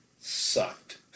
sucked